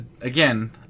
again